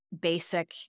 Basic